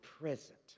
present